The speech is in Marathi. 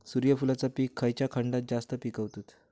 सूर्यफूलाचा पीक खयच्या खंडात जास्त पिकवतत?